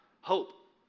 hope